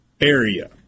area